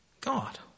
God